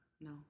No